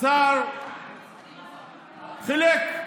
השר חילק.